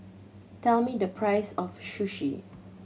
tell me the price of Sushi